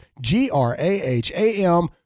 G-R-A-H-A-M